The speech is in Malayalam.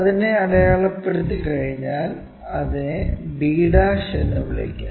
അതിനെ അടയാളപ്പെടുത്തി കഴിഞ്ഞാൽ അതിനെ b' എന്ന് വിളിക്കാം